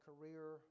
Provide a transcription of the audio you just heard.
career